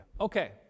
Okay